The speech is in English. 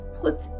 put